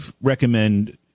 recommend